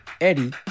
Eddie